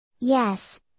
Yes